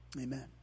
Amen